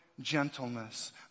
gentleness